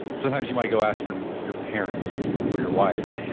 sometimes you might go ask your your parents or your wife.